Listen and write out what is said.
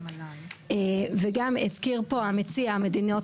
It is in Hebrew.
המציע הזכיר את אוסטרליה,